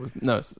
No